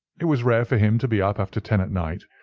it was rare for him to be up after ten at night,